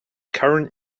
current